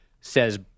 Says